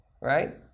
right